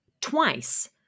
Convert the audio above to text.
twice